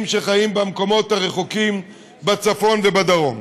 שחיים במקומות הרחוקים בצפון ובדרום.